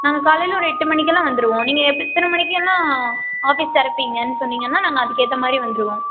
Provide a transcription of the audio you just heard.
நாங்கள் காலையில் ஒரு எட்டு மணிக்கெலாம் வந்துடுவோம் நீங்கள் எத் எத்தனை மணிக்கெலாம் ஆஃபீஸ் திறப்பீங்கன்னு சொன்னிங்கனால் நாங்கள் அதுக்கு ஏற்ற மாதிரி வந்துடுவோம்